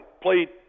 played